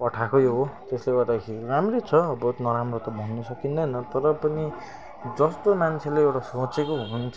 पठाकै हो त्यसले गर्दाखेरि राम्रै छ बहुत नराम्रो त भन्नु सकिँदैन तर पनि जस्तो मान्छेले एउटा सोचेको हुन्छ